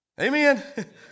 Amen